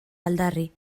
aldarri